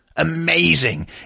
Amazing